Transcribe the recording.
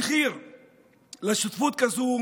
המחיר לשותפות כזאת